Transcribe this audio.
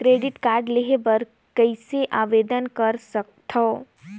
Credit card लेहे बर कइसे आवेदन कर सकथव?